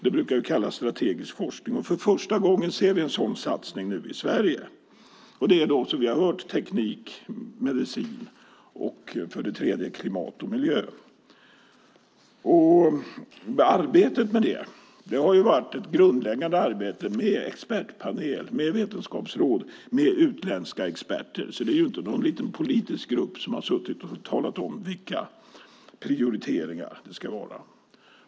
Det brukar ju kallas strategisk forskning. För första gången ser vi nu en sådan satsning i Sverige. Det är då, som vi har hört, på teknik, medicin och för det tredje klimat och miljö. Arbetet med det har varit ett grundläggande arbete med expertpanel, med vetenskapsråd, med utländska experter, så det är inte någon liten politisk grupp som har suttit och talat om vilka prioriteringar som ska göras.